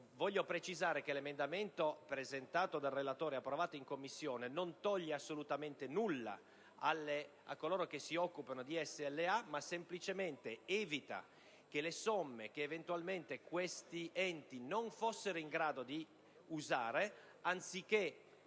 Voglio precisare che l'emendamento presentato dal relatore, approvato in Commissione, non toglie assolutamente nulla a coloro che si occupano di SLA, ma semplicemente evita che le somme che eventualmente questi enti non fossero in grado di usare, anziché